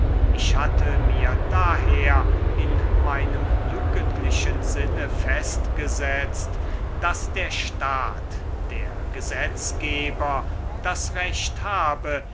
ich hatte mir daher in meinem jugendlichen sinne festgesetzt daß der staat der gesetzgeber das recht habe